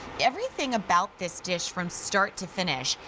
everything about this dish from start to finish,